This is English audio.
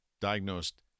diagnosed